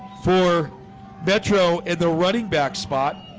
for metro in the running back spot.